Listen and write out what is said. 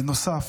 בנוסף,